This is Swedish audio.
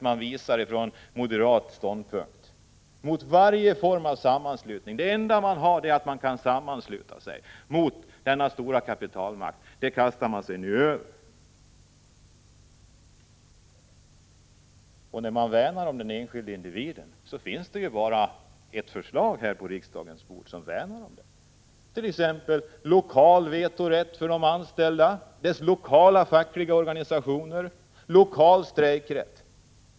Man visar förakt mot varje form av sammanslutning. Den enda möjlighet man som enskild har mot denna stora kapitalmakt är att sluta sig samman, och den kastar moderaterna sig nu över. Det finns ju bara ett förslag på riksdagens bord som värnar om den enskilde individen, och det gäller t.ex. lokal vetorätt för de anställda och = Prot. 1985/86:31 deras lokala fackliga organisationer samt lokal strejkrätt.